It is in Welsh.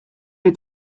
wyt